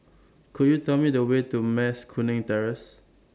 Could YOU Tell Me The Way to Mas Kuning Terrace